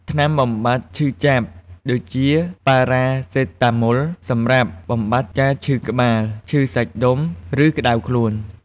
ថ្នាំបំបាត់ឈឺចាប់ ដូចជា ប៉ារ៉ាសេតាមុល សម្រាប់បំបាត់ការឈឺក្បាល ឈឺសាច់ដុំ ឬក្តៅខ្លួន។